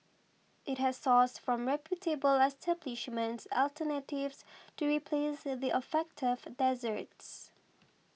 it has sourced from reputable establishments alternatives to replace the affected desserts